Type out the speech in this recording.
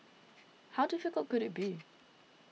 how difficult could it be